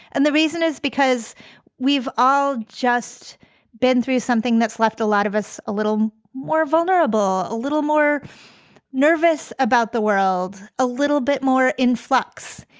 and the reason is because we've all just been through something that's left a lot of us a little more vulnerable, a little more nervous about the world, a little bit more in flux.